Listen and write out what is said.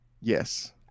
Yes